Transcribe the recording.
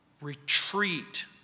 retreat